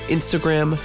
Instagram